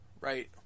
right